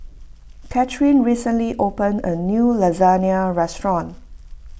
Katherine recently opened a new Lasagna restaurant